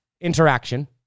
interaction